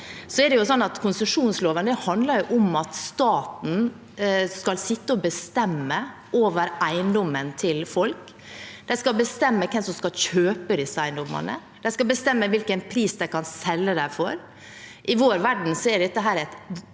Konsesjonslovene handler om at staten skal sitte og bestemme over eiendommen til folk. De skal bestemme hvem som skal kjøpe disse eiendommene, de skal bestemme hvilken pris de kan selge dem for. I vår verden er dette et